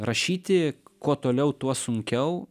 rašyti kuo toliau tuo sunkiau